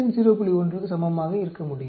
1 க்கு சமமாக இருக்க முடியும்